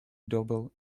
doorbell